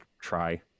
try